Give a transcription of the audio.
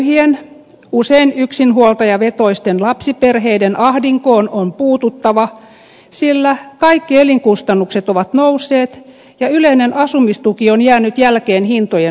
köyhien usein yksinhuoltajavetoisten lapsiperheiden ahdinkoon on puututtava sillä kaikki elinkustannukset ovat nousseet ja yleinen asumistuki on jäänyt jälkeen hintojen noustessa